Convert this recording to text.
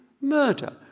Murder